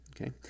Okay